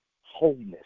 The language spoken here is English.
wholeness